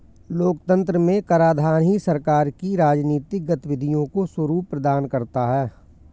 लोकतंत्र में कराधान ही सरकार की राजनीतिक गतिविधियों को स्वरूप प्रदान करता है